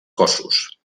cossos